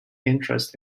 interest